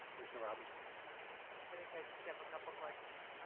marietta robinson i think i just have a couple of questions.